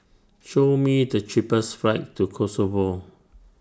Show Me The cheapest flights to Kosovo